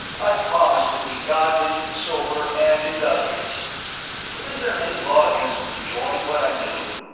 i promise to be godly, sober and industrious but is there any law against enjoying what i'm doing?